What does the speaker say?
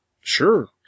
sure